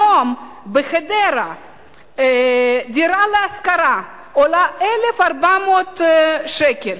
היום דירה להשכרה בחדרה עולה 1,400 שקל.